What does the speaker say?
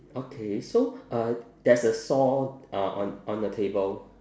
okay so uh there's a saw uh on on the table